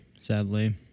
sadly